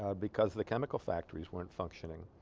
ah because the chemical factories weren't functioning